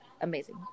amazing